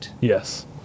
yes